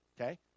okay